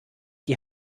die